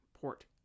port